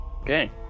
Okay